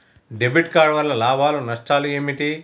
Debit card వల్ల లాభాలు నష్టాలు ఏమిటి?